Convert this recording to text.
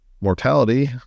mortality